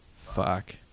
Fuck